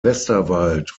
westerwald